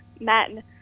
men